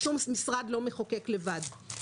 שום משרד לא מחוקק לבד.